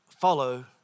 Follow